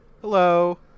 hello